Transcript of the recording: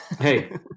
Hey